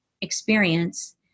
experience